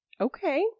Okay